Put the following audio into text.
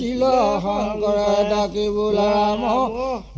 la la la la la la